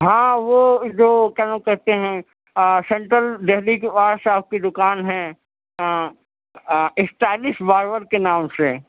ہاں وہ جو کیا نام کہتے ہیں سنٹرل دہلی کے پاس آپ کی دوکان ہے اسٹائلش باربر کے نام سے